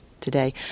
today